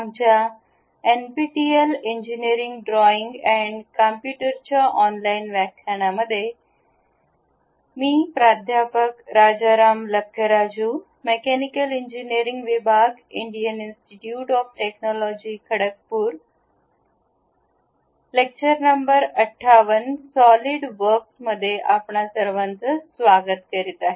आमच्या N P T L engineering drawing and कम्प्युटरच्या online व्याख्यानांमध्ये आपणा सर्वांचे स्वागत आहे